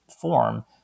form